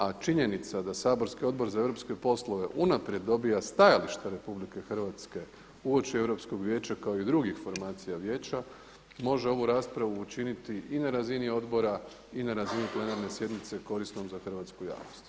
A činjenica da saborski Odbor za europske poslove unaprijed dobija stajališta Republike Hrvatske uoči Europskog vijeća kao i drugih formacija Vijeća može ovu raspravu učiniti i na razini Odbora i na razini plenarne sjednice korisnom za hrvatsku javnost.